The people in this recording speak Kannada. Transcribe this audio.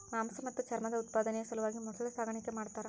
ಮಾಂಸ ಮತ್ತು ಚರ್ಮದ ಉತ್ಪಾದನೆಯ ಸಲುವಾಗಿ ಮೊಸಳೆ ಸಾಗಾಣಿಕೆ ಮಾಡ್ತಾರ